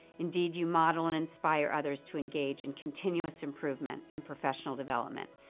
indeed, you model and inspire others to engage in continuous improvement and professional development.